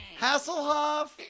Hasselhoff